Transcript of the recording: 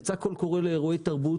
יצא קול קורא לאירועי תרבות,